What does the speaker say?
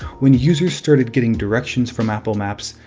when users started getting directions from apple maps,